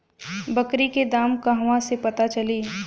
बकरी के दाम कहवा से पता चली?